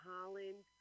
Holland